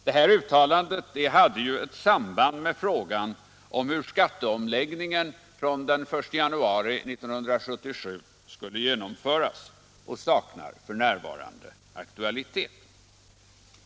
Detta uttalande hade nämligen ett samband med frågan om hur skatteomläggningen från den 1 januari 1977 skulle genomföras, och det saknar f.n. aktualitet.